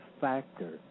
factor